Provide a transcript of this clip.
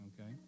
okay